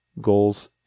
Goals